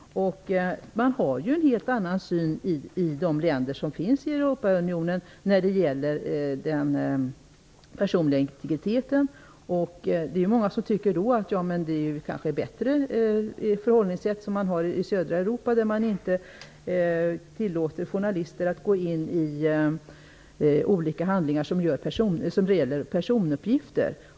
I Europaunionens länder har man en helt annan syn när det gäller den personliga integriteten. Många tycker kanske att det förhållningssätt som man har i södra Europa är bättre. Där tillåter man inte journalister att gå in i olika handlingar som innehåller personuppgifter.